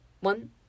one